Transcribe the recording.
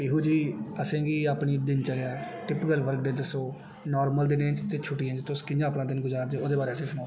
पीहू जी असेंगी अपनी दिनचर्या दे बारे च दस्सो नार्मल दिने च ते छुट्टिये च तुस कियां अपना दिन गुजारदे ओ ओह्दे बारे च असेई सुनाओ